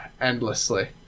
endlessly